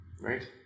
right